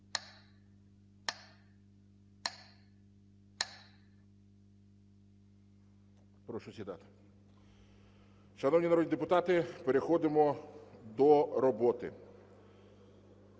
Прошу сідати. Шановні народні депутати, переходимо до роботи.